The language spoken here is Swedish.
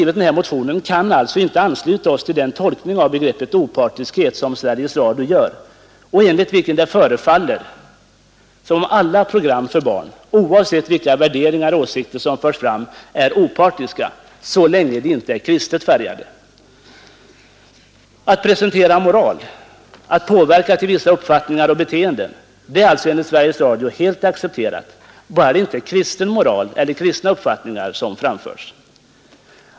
Vi motionärer kan alltså inte ansluta oss till den tolkning av begreppet opartiskhet som Sveriges Radio gör och enligt vilken det förefaller som om alla program för barn, oavsett vilka värderingar och åsikter som förs fram, är opartiska så länge de inte är kristet färgade. Att presentera moral, att påverka till vissa uppfattningar och beteenden, är alltså enligt Sveriges Radio helt accepterat bara när det inte är kristen moral eller kristna uppfattningar som framförs.